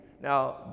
Now